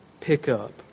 pickup